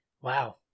wow